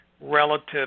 relative